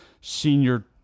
senior